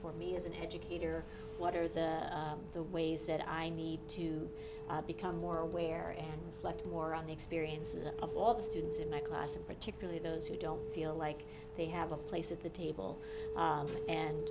for me as an educator what are the the ways that i need to become more aware and left war on the experiences of all the students in my class and particularly those who don't feel like they have a place at the table